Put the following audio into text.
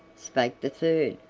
spake the third,